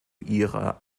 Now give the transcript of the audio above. ihrer